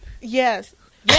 Yes